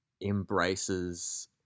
embraces